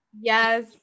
Yes